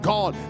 God